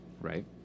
Right